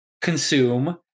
consume